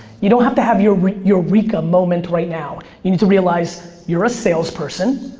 you don't have to have your eureka moment right now. you need to realize, you're a salesperson.